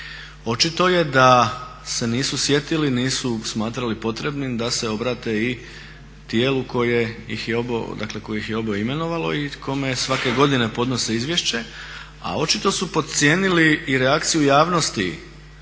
Očito je da se nisu sjetili, nisu smatrali potrebnim da se obrate i tijelu koje ih je oba imenovalo i kome svake godine podnose izvješće, a očito su podcijenili i reakciju javnosti